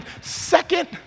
second